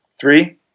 three